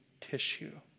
tissue